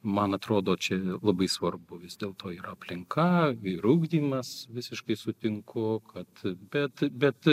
man atrodo čia labai svarbu vis dėlto ir aplinka ir ugdymas visiškai sutinku kad bet bet